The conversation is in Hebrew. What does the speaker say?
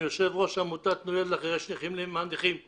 אני יושב-ראש עמותת תנו יד לחרש נכים למען נכים.